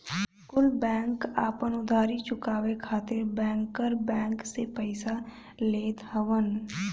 कुल बैंक आपन उधारी चुकाए खातिर बैंकर बैंक से पइसा लेत हवन